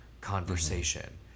conversation